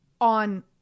on